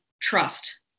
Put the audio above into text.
trust